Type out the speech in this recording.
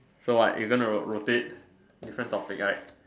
so what you going to rotate different topic right